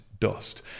dust